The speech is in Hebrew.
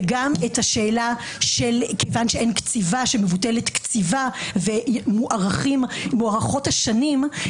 וגם מכיוון שמבוטלת קציבה ומוארכות השנים,